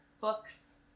books